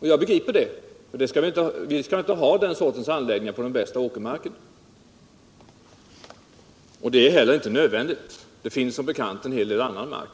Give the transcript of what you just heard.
Jag begriper varför. Vi skall inte ha den sortens anläggningar på den bästa åkermarken, och det är inte heller nödvändigt. Det finns som bekant en hel del annan mark.